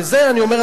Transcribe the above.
ואת זה אני אומר,